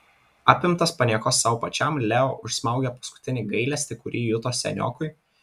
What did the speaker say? apimtas paniekos sau pačiam leo užsmaugė paskutinį gailestį kurį juto seniokui